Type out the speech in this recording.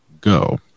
go